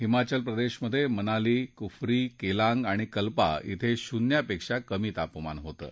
हिमाचल प्रदेशात मनाली कुफरी केलांग आणि कल्पा धिं शून्यापेक्षा कमी तापमान होतं